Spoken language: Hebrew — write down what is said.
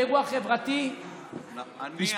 באירוע חברתי משפחתי.